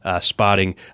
spotting